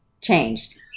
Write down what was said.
changed